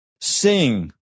Sing